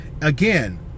Again